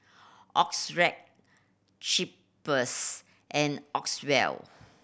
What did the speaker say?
Xorex Cheaper's and